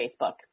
Facebook